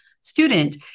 student